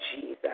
Jesus